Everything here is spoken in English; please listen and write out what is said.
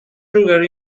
sugar